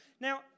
Now